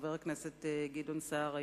חבר הכנסת גדעון סער,